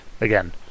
again